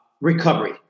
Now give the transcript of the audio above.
recovery